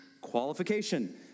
Qualification